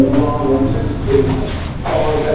wrong answers is ah